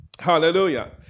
Hallelujah